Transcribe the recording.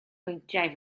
pwyntiau